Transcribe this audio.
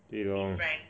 对 loh